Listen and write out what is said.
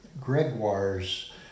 Gregoire's